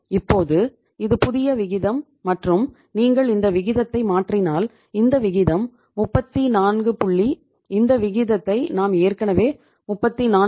இப்போது இது புதிய விகிதம் மற்றும் நீங்கள் இந்த விகிதத்தை மாற்றினால் இந்த விகிதம் 34 புள்ளி இந்த விகிதத்தை நாம் ஏற்கனவே 34